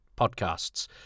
podcasts